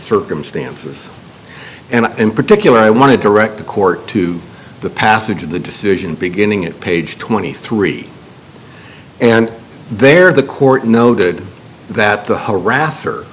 circumstances and in particular i wanted to wreck the court to the passage of the decision beginning at page twenty three dollars and there the court noted that the harasser